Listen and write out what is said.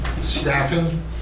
Staffing